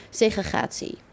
segregatie